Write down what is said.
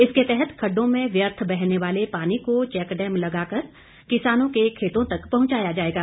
इसके तहत खड़डों में व्यर्थ बहने वाले पानी को चैकडैम लगा कर किसानों के खेतों तक पहुंचाया जाएगा